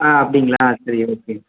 ஆ அப்படிங்களா சரி ஓகே